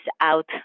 out